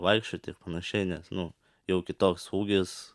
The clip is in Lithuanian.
vaikščioti ir panašiai nes nu jau kitoks ūgis